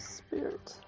spirit